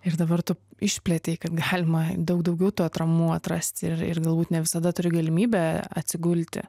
ir dabar tu išplėtei kad galima daug daugiau tų atramų atrasti ir ir galbūt ne visada turi galimybę atsigulti